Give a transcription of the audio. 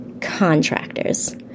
Contractors